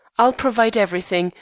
i'll provide everything,